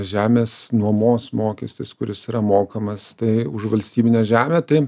žemės nuomos mokestis kuris yra mokamas tai už valstybinę žemę tai